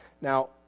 Now